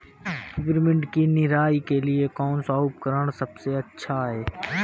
Peppermint की निराई के लिए कौन सा उपकरण सबसे अच्छा है?